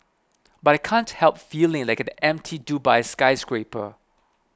but I can't help feeling like an empty Dubai skyscraper